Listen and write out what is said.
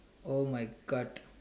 oh my god